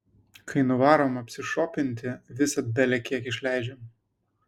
kai nuvarom apsišopinti visad belekiek išleidžiam